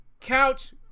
couch